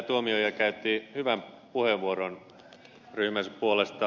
tuomioja käytti hyvän puheenvuoron ryhmänsä puolesta